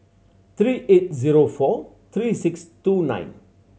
three eight zero four three six two nine